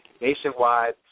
nationwide